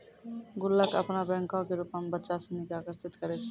गुल्लक अपनो बैंको के रुपो मे बच्चा सिनी के आकर्षित करै छै